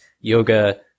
yoga